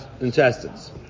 intestines